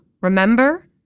Remember